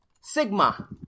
Sigma